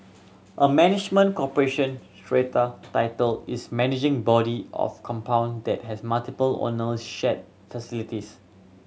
a management corporation strata title is managing body of compound that has multiple owner shared facilities